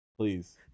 Please